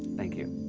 thank you.